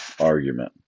argument